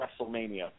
WrestleMania